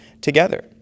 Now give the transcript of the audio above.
together